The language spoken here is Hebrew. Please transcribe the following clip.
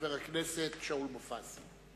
חבר הכנסת שאול מופז.